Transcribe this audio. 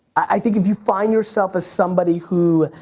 i think if you find yourself as somebody who,